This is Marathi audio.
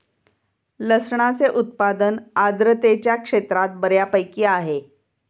लसणाचे उत्पादन आर्द्रतेच्या क्षेत्रात बऱ्यापैकी आहे